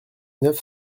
neuf